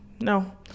No